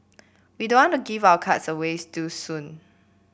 we don't want to give our cards away too soon